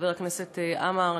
חבר הכנסת עמאר,